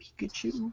pikachu